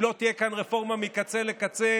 אם לא תהיה כאן רפורמה מקצה לקצה,